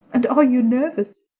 and are you nervous?